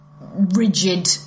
rigid